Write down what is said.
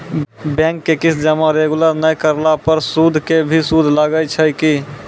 Bank के किस्त जमा रेगुलर नै करला पर सुद के भी सुद लागै छै कि?